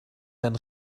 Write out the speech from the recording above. dann